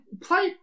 play